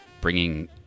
bringing